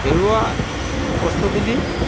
হেৰুৱা বস্তুখিনি